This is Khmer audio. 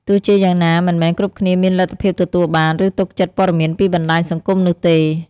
ទោះជាយ៉ាងណា មិនមែនគ្រប់គ្នាមានលទ្ធភាពទទួលបាន ឬទុកចិត្តព័ត៌មានពីបណ្តាញសង្គមនោះទេ។